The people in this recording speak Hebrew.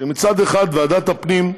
מצד אחד, ועדת הפנים,